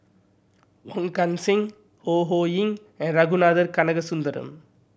Wong Kan Seng Ho Ho Ying and Ragunathar Kanagasuntheram